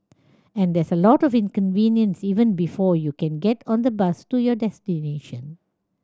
and there's a lot of inconvenience even before you can get on the bus to your destination